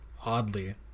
oddly